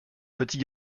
petit